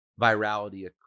virality